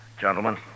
gentlemen